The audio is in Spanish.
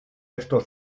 estos